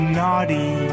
naughty